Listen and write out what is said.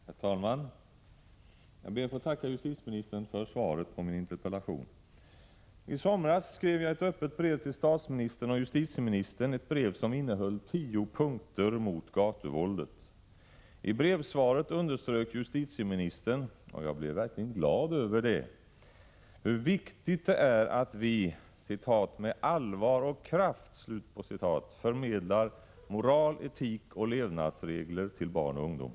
Herr talman! Jag ber att få tacka justitieministern för svaret på min interpellation. I somras skrev jag till statsministern och justitieministern ett brev, som innehöll tio punkter mot gatuvåldet. I brevsvaret underströk justitieministern — och jag blev verkligen glad över det — hur viktigt det är att vi ”med allvar och kraft” förmedlar moral, etik och levnadsregler till barn och ungdom.